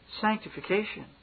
sanctification